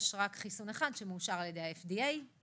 יש רק חיסון אחד לאבעבועות הקוף בעולם שמאושר על ידי ה-FDA וניתן